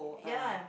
ya